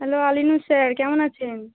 hello Alinur sir কেমন আছেন